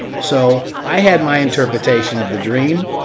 so i had my interpretation of the dream.